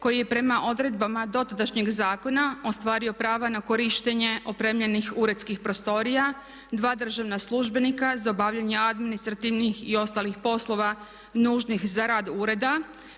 koji je prema odredbama dotadašnjeg zakona ostvario prava na korištenje opremljenih uredskih prostorija, dva državna službenika za obavljanje administrativnih i ostalih poslova nužnih za rad ureda,